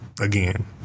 again